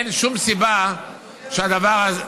אדוני היושב-ראש,